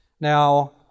Now